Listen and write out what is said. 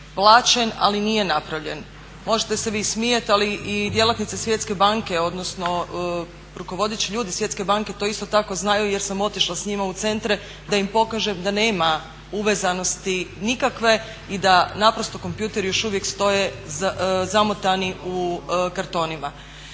plaćen ali nije napravljen. Možete se vi smijati ali i djelatnici Svjetske banke odnosno rukovodeći ljudi Svjetske banke to isto tako znaju jer sam otišla s njima u centre da im pokažem da nema uvezanosti nikakve i da naprosto kompjuteri još uvijek stoje zamotani u kartonima.